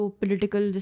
political